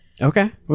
Okay